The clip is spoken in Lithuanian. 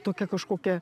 tokią kažkokią